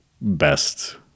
best